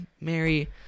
Mary